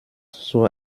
zur